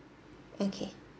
okay